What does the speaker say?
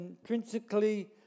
intrinsically